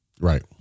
Right